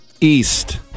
East